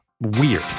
weird